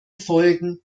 folgen